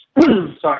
sorry